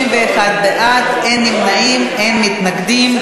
31 בעד, אין נמנעים, אין מתנגדים.